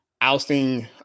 ousting